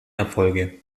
erfolge